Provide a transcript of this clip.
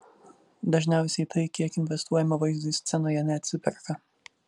dažniausiai tai kiek investuojame vaizdui scenoje neatsiperka